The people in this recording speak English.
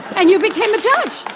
and you became a judge.